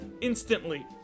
instantly